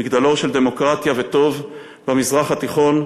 מגדלור של דמוקרטיה וטוב במזרח התיכון,